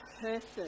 person